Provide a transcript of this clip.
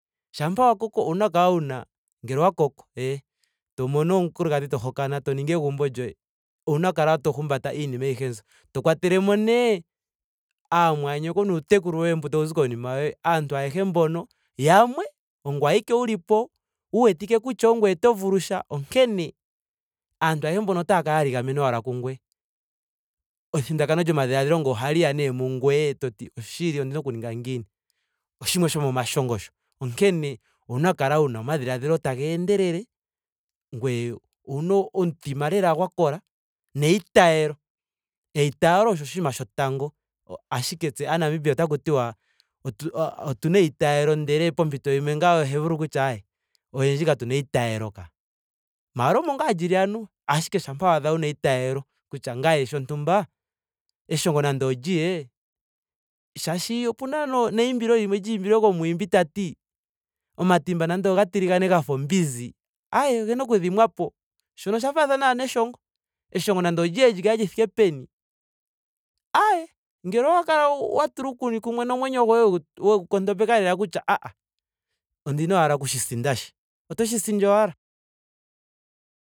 Shampa wa koko owuna oku kala wuna. ngele owa koko. ee. yo mono omukulukadhi to hokana. to nigi egumbo lyoye. owuna oku kala to humbata iiinima ayihe mbyo. To kwatele mo nee aamwanyoko nuutekulu woye mbu tawu zi konima yoye. aantu ayehe mbono yamwe. ongoye awike wu lipo. wu witike kutya ongoye to vulu sha. onkene aantu ayehe mbono otaa kala ashike ya ligamena kungoye. Ethindakano lyomadhiladhilo ohali ya nee mungweye toti oshili ondina oku ninga ngiini? Oshimwe shomomashongo sho. Onkene owuna oku kala wuna omadhiladhilo taga endelele ngoye owuna omutima lela gwa kola. neitaalo. Eitaalo osho oshinima shotango. Ashike tse aa namibia otaku tiwa otu- otuna eitaalo ndele pompito yimwe ngame ohe vulu kutya aaye oyendji katuna eitaalo kaa. Maara omo ngaa lili anuwa. ashike shampa waadha wuna eitaalo kutya ngame shontumba. eshongo nandi naliye. shaashi opena no- neimbilo limwe lya imbilwe komwiimbi tati omatumba nando ga tiligane gafa ombinzi. aye ogena oku dhimwapo. shono osha faathana ashike neshongo. eshongo nenge liye li thike peni ayee ngele owa kala wa tula uukumwe kumwe nomwenyo goye wegu wegu nkondopeka lela kutya aahaha. ondina wala kushi sinda shi. otoshhi sindi wala